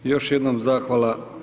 Još jednom zahvala.